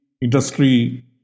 industry